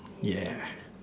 yeah